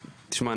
תשמע,